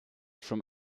from